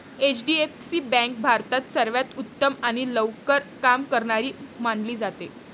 HDFC bank भारतात सर्वांत उत्तम आणि लवकर काम करणारी मानली जाते